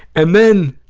and then,